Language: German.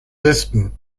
westen